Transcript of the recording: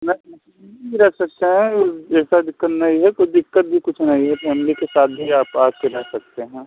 ना रह सकते हैं ऐसा दिक्कत नहीं है कोई दिक्कत भी कुछ नहीं है फैमली के साथ भी आप आ कर रह सकते हैं